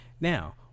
Now